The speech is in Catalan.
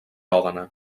òdena